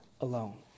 alone